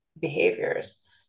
behaviors